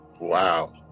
Wow